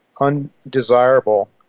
undesirable